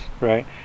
right